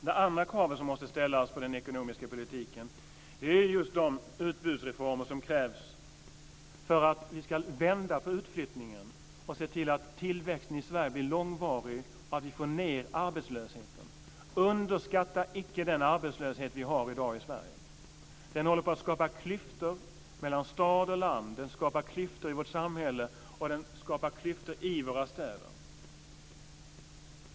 Det andra kravet som måste ställas på den ekonomiska politiken är att vi får just de utbudsreformer som krävs för att vi ska vända på utflyttningen och se till att tillväxten i Sverige blir långvarig och att vi får ned arbetslösheten. Underskatta icke den arbetslöshet vi har i dag i Sverige! Den håller på att skapa klyftor mellan stad och landsbygd. Den skapar klyftor i vårt samhälle och i våra städer.